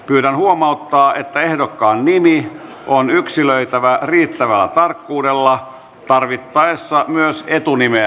pyydän huomauttaa että ehdokkaan nimi on yksilöitävä riittävällä tarkkuudella tarvittaessa myös etunimeä käyttäen